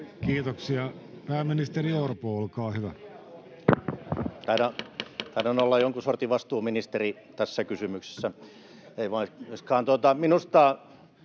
Kiitoksia. — Pääministeri Orpo, olkaa hyvä.